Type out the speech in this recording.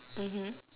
mmhmm